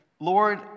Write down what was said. Lord